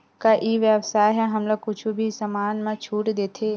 का ई व्यवसाय ह हमला कुछु भी समान मा छुट देथे?